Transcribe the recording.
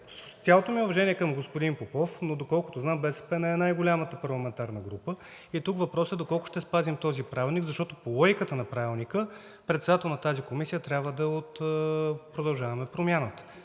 цялото ми уважение към господин Попов, но доколкото знам, БСП не е най-голямата парламентарна група. И тук въпросът е: доколко ще спазим този правилник? Защото по логиката на Правилника председателят на тази комисия трябва да е от „Продължаваме Промяната“.